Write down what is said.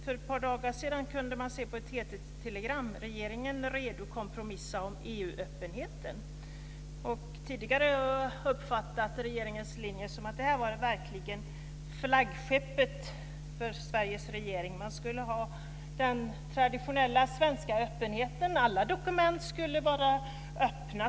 För ett par dagar sedan kunde man se följande i ett öppenheten. Tidigare har jag uppfattat det som att den frågan var flaggskeppet för Sveriges regering. Man skulle ha den traditionella svenska öppenheten. Alla dokument skulle vara öppna.